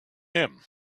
him